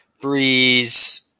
Breeze